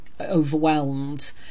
overwhelmed